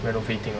renovating lah